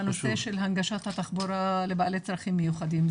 בנושא של הנגשת התחבורה לבעלי צרכים מיוחדים.